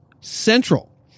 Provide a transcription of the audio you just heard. Central